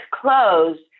closed